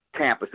campuses